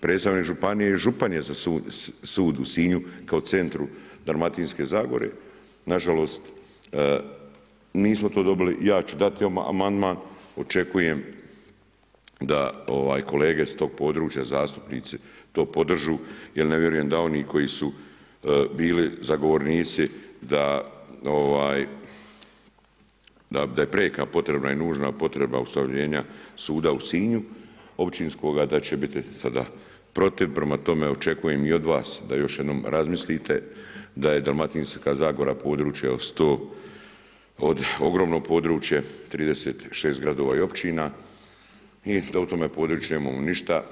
Predstavnik županije je župan je za sud u Sinju kao centru Dalmatinske zagore, nažalost, nismo to dobili i ja ću dati amandman, očekuje, da kolege iz tog područja, zastupnici to podržavaju, jer ne vjerujem da oni koji su bili zagovornici, da je prijeka potreba i nužna potreba ustavljanja suda u Sinju, općinskoga, da će biti sada protiv, prema tome, očekujem i od vas da još jednom razmislite, da je Dalmatinska zagora ogromno područje 36 gradova i općina i da u tome području nemamo ništa.